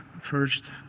first